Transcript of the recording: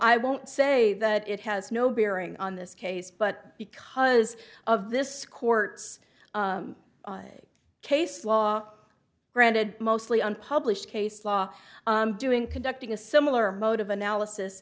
i won't say that it has no bearing on this case but because of this court's case law granted mostly unpublished case law doing conducting a similar mode of analysis